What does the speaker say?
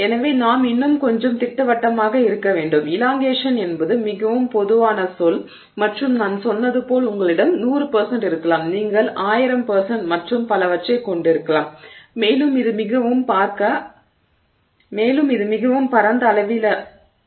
எனவே நாம் இன்னும் கொஞ்சம் திட்டவட்டமாக இருக்க வேண்டும் இலாங்கேஷன் என்பது மிகவும் பொதுவான சொல் மற்றும் நான் சொன்னது போல் உங்களிடம் 100 இருக்கலாம் நீங்கள் 1000 மற்றும் பலவற்றைக் கொண்டிருக்கலாம் மேலும் இது மிகவும் பரந்த அளவிலானதாகும்